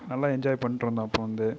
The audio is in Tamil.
நல்லா என்ஜாய் பண்ணிட்டு இருந்தோம் அப்போது வந்து